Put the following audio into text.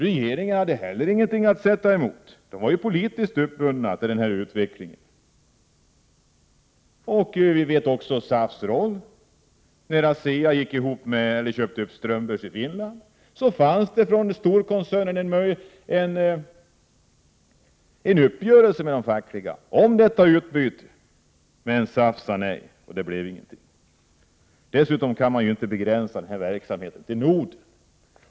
Regeringen hade heller ingenting att sätta emot, den var politiskt uppbunden till denna utveckling. Vi känner också till SAF:s roll. När ASEA köpte upp Strömbergs i Finland hade storkoncernen träffat en uppgörelse med de fackliga om samverkan. Men SAF sade nej, och det blev ingenting. Dessutom kan man inte begränsa denna verksamhet till Norden.